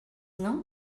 não